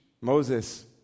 Moses